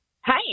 hi